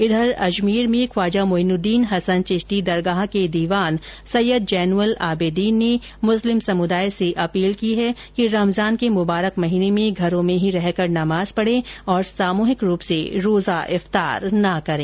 इधर अजमेर मे ख्वाजा मोइनुददीन हसन चिश्ती दरगाह के दीवान सैयद जैनुअल आबेदीन ने मुस्लिम समुदाय से अपील की है कि रमजान के मुबारक महीने में घरों में ही रहकर नमाज पढ़े और सामहिक रूप से रोजा इफतार न करें